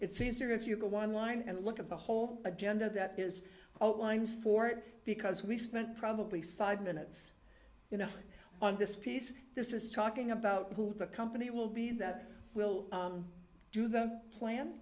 it's easier if you go online and look at the whole agenda that is outlined fort because we spent probably five minutes you know on this piece this is talking about who the company will be that will do the plan